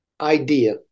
idea